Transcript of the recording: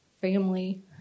family